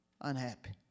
unhappy